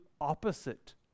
opposite